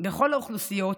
בכל האוכלוסיות,